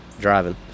driving